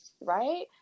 right